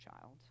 child